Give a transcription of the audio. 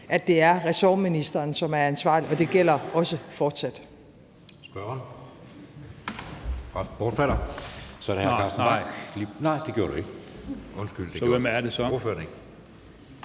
at det er ressortministeren, som er ansvarlig, og det gælder også fortsat.